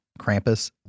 Krampus